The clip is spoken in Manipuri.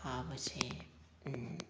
ꯊꯥꯕꯁꯦ